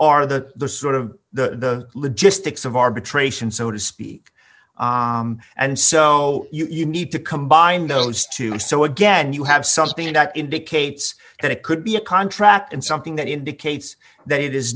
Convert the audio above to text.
are the sort of the logistics of arbitration so to speak and so you need to combine those two so again you have something that indicates that it could be a contract and something that indicates that it is